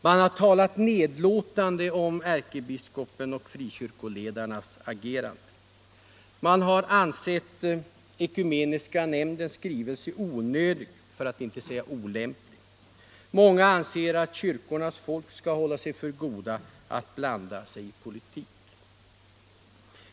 Man har talat nedlåtande om ärkebiskopens och frikyrkoledarnas agerande. Man har ansett Ekumeniska nämndens skrivelse onödig, för att inte säga olämplig. Många tycker att kyrkornas folk skall hålla sig för goda att blanda sig i politiken.